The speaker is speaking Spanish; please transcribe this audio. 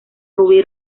rubí